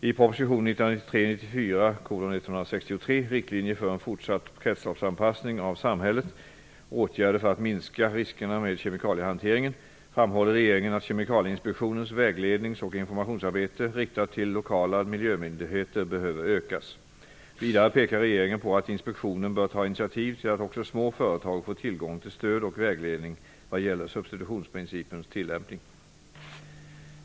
I proposition 1993/94:163, Riktlinjer för en fortsatt kretsloppsanpassning av samhället -- åtgärder för att minska riskerna med kemikaliehanteringen, framhåller regeringen att Kemikalieinspektionens väglednings och informationsarbete riktat till lokala miljömyndigheter behöver ökas. Vidare pekar regeringen på att inspektionen bör ta initiativ till att också små företag får tillgång till stöd och vägledning vad gäller substitutionsprincipens tillämpning.